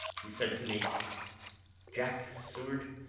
he said to me jack seward,